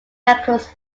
records